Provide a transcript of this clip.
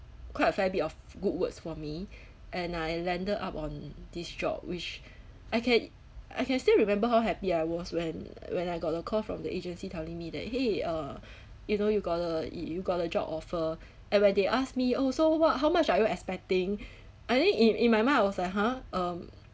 quite a fair bit of good words for me and I landed up on this job which I can I can still remember how happy I was when when I got the call from the agency telling me that !hey! uh you know you got a y~ you got a job offer and when they asked me oh so what how much are you expecting I think in in my mind I was like !huh! um